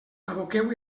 aboqueu